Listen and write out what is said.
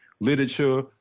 literature